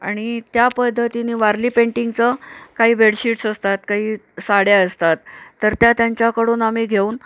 आणि त्या पद्धतीने वारली पेंटिंगचं काही बेडशीट्स असतात काही साड्या असतात तर त्या त्यांच्याकडून आम्ही घेऊन